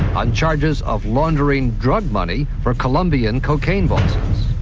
on charges of laundering. drug money for colombian cocaine bosses.